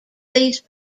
these